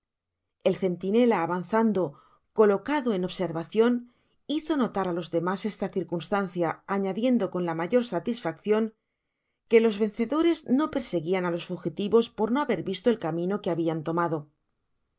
el centinela avanzado colocado en observacion hizo notar á les demas esta círcunstaneia áñadiendo con la mayor satifaccion que los vencedores no perseguían á los fugitivos por no haber visto el camino que habian tomado mas